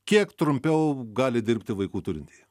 kiek trumpiau gali dirbti vaikų turintieji